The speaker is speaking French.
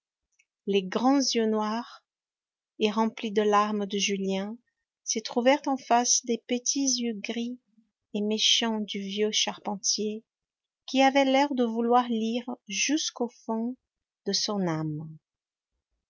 les grands yeux noirs et remplis de larmes de julien se trouvèrent en face des petits yeux gris et méchants du vieux charpentier qui avait l'air de vouloir lire jusqu'au fond de son âme